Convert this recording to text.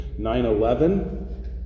9-11